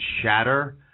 shatter